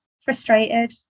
frustrated